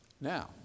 Now